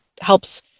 helps